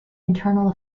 internal